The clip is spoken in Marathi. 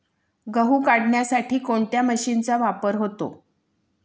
गहू काढण्यासाठी कोणत्या मशीनचा वापर होतो?